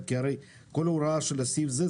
כי הרי כל ההוראה של הסעיף הזה,